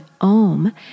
Om